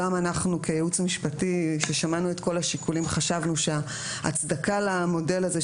גם אנחנו כייעוץ משפטי כששמענו את כל השיקולים חשבנו שההצדקה למודל הזה,